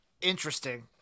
Interesting